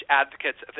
advocates